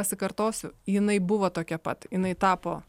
pasikartosiu jinai buvo tokia pat jinai tapo